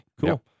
Cool